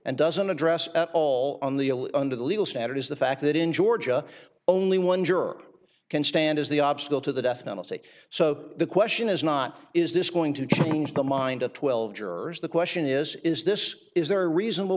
and doesn't address at all on the under the legal standard is the fact that in georgia only one juror can stand is the obstacle to the death penalty so the question is not is this going to change the mind of twelve jurors the question is is this is there reasonable